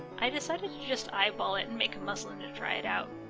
i decided to just eyeball it and make a muslin to try it out.